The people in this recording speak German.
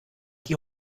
die